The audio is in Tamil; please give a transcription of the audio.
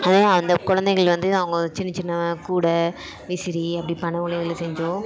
அதே அந்த குழந்தைகள் வந்து அவங்க சின்னச் சின்ன கூட விசிறி அப்படி பனை ஓலையில் செஞ்சம்